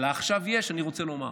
על ה"עכשיו יש" אני רוצה לומר,